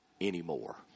anymore